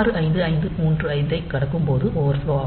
65535 ஐ கடக்கும்போது ஓவர்ஃப்லோ ஆகும்